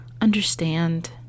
understand